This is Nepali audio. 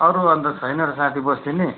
अरू अन्त छैन र साथी बसिदिने